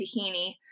tahini